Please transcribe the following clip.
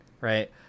right